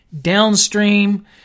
Downstream